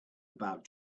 about